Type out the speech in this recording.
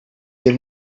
des